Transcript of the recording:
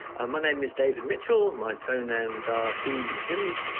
my name is david mitchell. my pronouns are he, him.